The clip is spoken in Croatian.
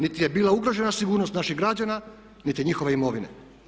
Niti je bila ugrožena sigurnost naših građana niti njihove imovine.